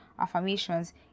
affirmations